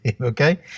okay